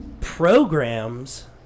programs